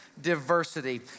diversity